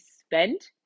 spent